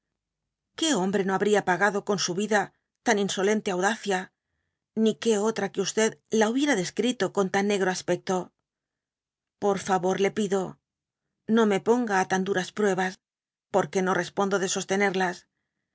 que hombre no habria pagado con su yida tan insolente audacia ni que otra que la hubiera descrito con tan negro aspecto por favor le pido no me ponga á tan duras pruebas porque no respondo de sostenerlas